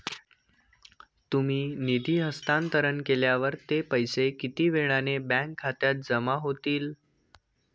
तुम्ही निधी हस्तांतरण केल्यावर ते पैसे किती वेळाने बँक खात्यात जमा होतील?